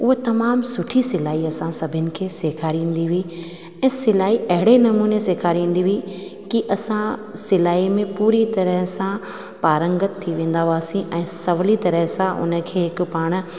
उहा तमामु सुठी सिलाई असां सभिनि खे सेखारींदी हुई ऐं सिलाई अहिड़े नमूने सेखारींदी हुई की असां सिलाई में पूरी तरह सां पारंगत थी वेंदा हुआसीं ऐं सहुली तरह सां उन खे हिकु पाण